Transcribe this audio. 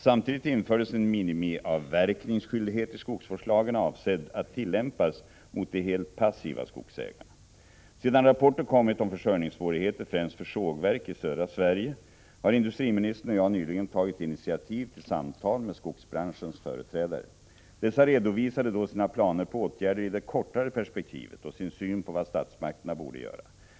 Samtidigt infördes en minimiavverkningsskyldighet i skogsvårdslagen avsedd att tillämpas mot de helt passiva skogsägarna. Sedan rapporter kommit om försörjningssvårigheter främst för sågverk i södra Sverige har industriministern och jag nyligen tagit initiativ till samtal med skogsbranschens företrädare. Dessa redovisade då sina planer på åtgärder i det kortare perspektivet och sin syn på vad statsmakterna borde göra.